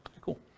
Cool